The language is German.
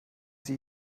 sie